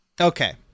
Okay